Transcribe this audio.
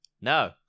no